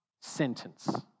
sentence